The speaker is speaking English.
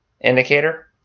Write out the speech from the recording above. indicator